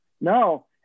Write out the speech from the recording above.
No